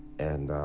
and